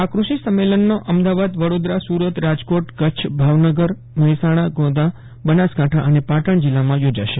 આ કૃષિ સમેંલનો અમદાવાદવડોદરાસુરત રાજકોટ કચ્છ ભાવનગર મહેસાણા ગોધા બનાસકાંઠા અને પાટણ જીલ્લામાં યોજાશે